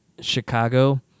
Chicago